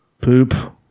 poop